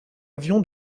avion